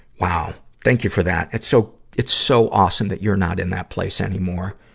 wow. thank you for that. it's so, it's so awesome that you're not in that place anymore.